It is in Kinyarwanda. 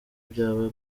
byaba